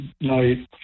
night